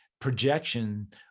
projection